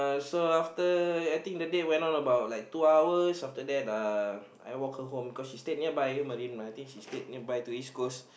so after I think the date went on about like two hours after that uh I walk her home because she live nearby Marina M_R_T station nearby to his school